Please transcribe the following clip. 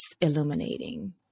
illuminating